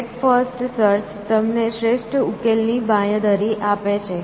breadth first search તમને શ્રેષ્ઠ ઉકેલ ની બાંયધરી આપે છે